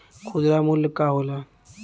खुदरा मूल्य का होला?